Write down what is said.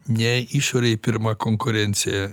ne išorėj pirma konkurencija